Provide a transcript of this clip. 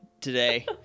today